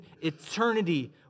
eternity